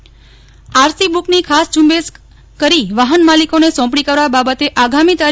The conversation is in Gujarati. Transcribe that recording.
બુક આરસી બુકની ખાસ ઝુંબેશ કરી વાફનમાલિકોને સોંપણી કરવા બાબતે આગામી તા